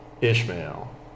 Ishmael